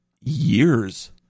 years